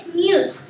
news